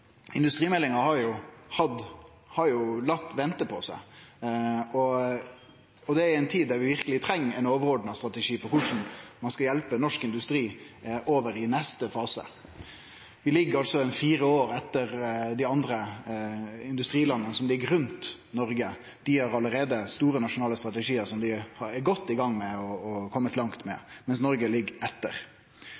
industrimeldinga. Industrimeldinga har jo latt vente på seg, og det i ei tid da vi verkeleg treng ein overordna strategi for korleis ein skal hjelpe norsk industri over i neste fase. Vi ligg altså fire år etter dei andre industrilanda som ligg rundt Noreg. Dei har allereie store nasjonale strategiar som dei er godt i gang med og har kome langt med,